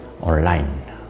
online